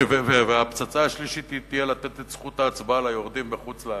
הפצצה השלישית תהיה לתת את זכות ההצבעה ליורדים בחוץ-לארץ.